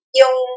yung